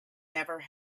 never